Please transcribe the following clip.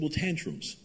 tantrums